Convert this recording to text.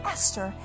Esther